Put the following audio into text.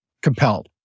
Compelled